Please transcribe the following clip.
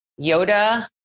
Yoda